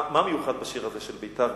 מה מיוחד בשיר הזה של בית"ר?